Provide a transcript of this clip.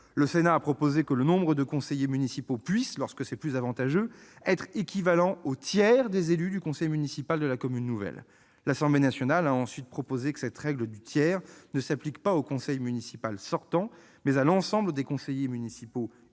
Le Sénat a proposé que le nombre de conseillers municipaux puisse, lorsque c'est plus avantageux, être équivalent au tiers des élus du conseil municipal de la commune nouvelle. L'Assemblée nationale a ensuite proposé que cette règle du tiers s'applique non pas au conseil municipal sortant, mais à l'ensemble des conseillers municipaux